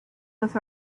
with